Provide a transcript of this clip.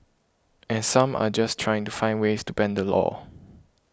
and some are just trying to find ways to bend the law